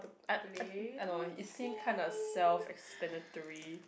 I I I don't know it seem kind of self explanatory